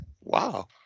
Wow